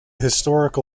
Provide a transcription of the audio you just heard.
historical